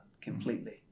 completely